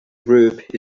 group